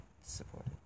support